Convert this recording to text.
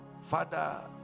Father